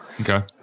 Okay